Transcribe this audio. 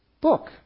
book